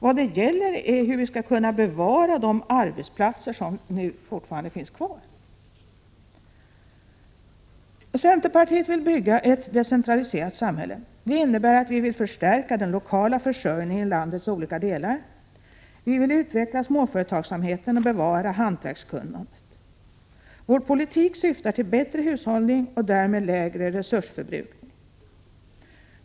Vad det gäller är hur vi skall kunna bevara de arbetsplatser som fortfarande finns. Centerpartiet vill bygga ett decentraliserat samhälle. Det innebär att vi vill förstärka den lokala försörjningen i landets olika delar. Vi vill utveckla småföretagsamheten och bevara hantverkskunnandet. Vår politik syftar till bättre hushållning och därmed lägre resursförbrukning.